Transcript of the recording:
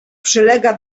przylega